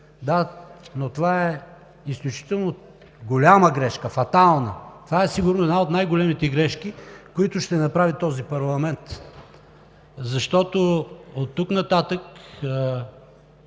Да, но това е изключително голяма грешка – фатална. Това е сигурно една от най-големите грешки, които ще направи парламентът, защото оттук нататък